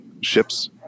ships